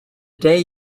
day